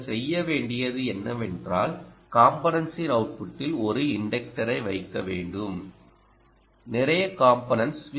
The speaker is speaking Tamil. நீங்கள் செய்ய வேண்டியது என்னவென்றால் காம்போனென்ட்ஸின் அவுட்புட்டில் ஒரு இன்டக்டரை வைக்க வேண்டும் நிறைய காம்போனென்ட்ஸ்